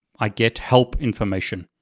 i get help information.